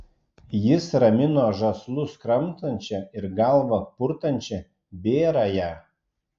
jis ramino žąslus kramtančią ir galvą purtančią bėrąją